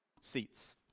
seats